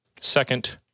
Second